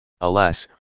Alas